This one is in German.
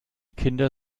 kinder